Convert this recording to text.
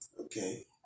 okay